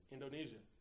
Indonesia